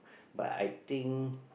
but I think